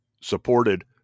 supported